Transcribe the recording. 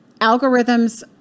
Algorithms